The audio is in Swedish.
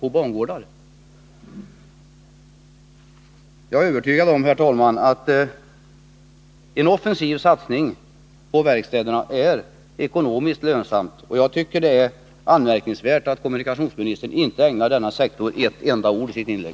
Jag är, herr talman, övertygad om att en offensiv satsning på verkstäderna är ekonomiskt lönsam, och jag tycker att det är anmärkningsvärt att kommunikationsministern inte ägnar denna sektor ett enda ord i sitt inlägg.